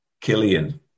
Killian